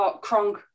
Kronk